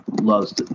Loves